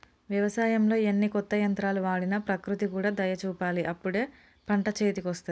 వ్యవసాయంలో ఎన్ని కొత్త యంత్రాలు వాడినా ప్రకృతి కూడా దయ చూపాలి గప్పుడే పంట చేతికొస్తది